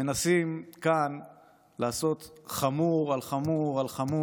מנסים לעשות כאן חמור על חמור על חמור.